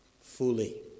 fully